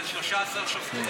אבל 13 שוטרים.